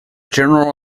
general